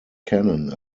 cannon